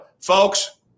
folks